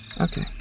Okay